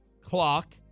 clock